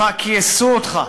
כייסו אותך,